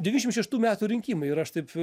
devyniasdešim šeštų metų rinkimai ir aš taip